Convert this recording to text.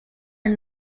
are